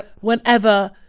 whenever